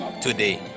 today